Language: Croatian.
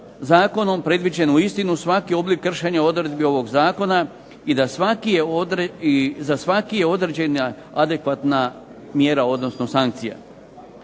zakonom predviđen uistinu svaki oblik kršenja odredbi ovog zakona i za svaki je određena adekvatna mjera odnosno sankcija.